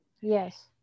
Yes